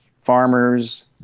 farmers